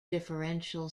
differential